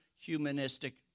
humanistic